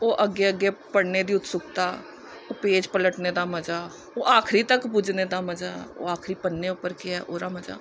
ओह् अग्गें अग्गें पढ़ने दी उत्सुकता ओह् पेज पलटने दा मजा ओह् आखरी तक पुज्जने दा मजा ओह् आखरी पन्ने उप्पर केह् ऐ ओह्दा मजा